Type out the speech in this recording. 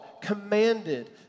commanded